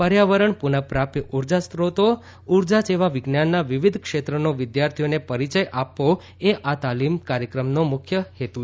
પર્યાવરણ પુનઃપ્રાપ્ય ઉર્જા સ્રોતો ઉર્જા જેવા વિજ્ઞાનના વિવિધ ક્ષેત્રનો વિદ્યાર્થીઓને પરિચય આપવો એ આ તાલીમ કાર્યક્રમનો મુખ્ય હેતુ છે